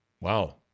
Wow